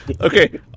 Okay